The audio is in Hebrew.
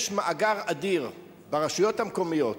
יש מאגר אדיר ברשויות המקומיות